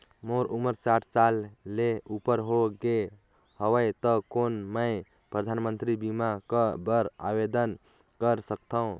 मोर उमर साठ साल ले उपर हो गे हवय त कौन मैं परधानमंतरी बीमा बर आवेदन कर सकथव?